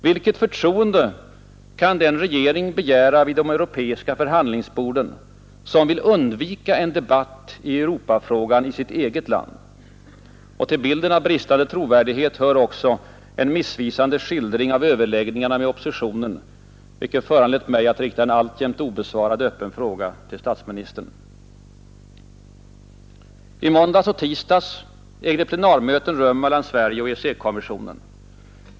Vilket förtroende kan den regering begära vid de europeiska förhandlingsborden, som vill undvika en debatt i Europafrågan i sitt eget land? Till bilden av bristande trovärdighet hör också en missvisande skildring av överläggningarna med oppositionen, vilket föranlett mig att rikta en alltjämt obesvarad öppen fråga till statsministern. I måndags och tisdags ägde plenarmöten rum mellan Sverige och EEC-kommissionen.